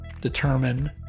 determine